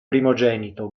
primogenito